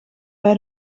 bij